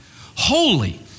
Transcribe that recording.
Holy